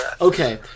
Okay